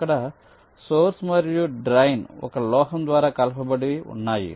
అక్కడ సోర్స్ మరియు డ్రాయిన్ ఒక లోహం ద్వారా కలపబడి ఉన్నాయి